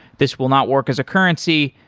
this will not work as a currency,